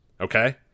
Okay